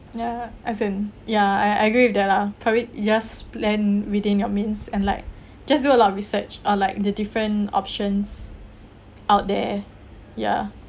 ya as in ya I I agree with that lah probably you just plan within your means and like just do a lot of research or like the different options out there ya